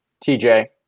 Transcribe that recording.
TJ